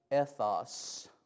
ethos